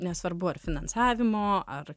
nesvarbu ar finansavimo ar